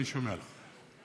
אני שומע לך.